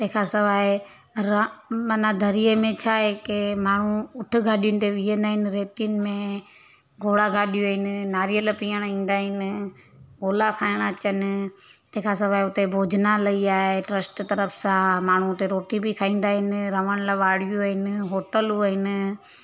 तंहिंखां सवाइ रा माना दरिए में छा आहे की माण्हू ऊठ गाॾियुनि ते वेहींदा आहिनि रेतयुनि में घोड़ा गाॾियूं आहिनि नारियल पीअण ईंदा आहिनि गोला खाइण अचणु तंहिंखां सवाइ हुते भोजनालय आहे ट्रस्ट तर्फ़ सां माण्हू हुते रोटी बि खाईंदा आहिनि रहण लाइ वाड़ियूं आहिनि होटलूं आहिनि